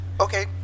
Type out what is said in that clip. Okay